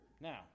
Now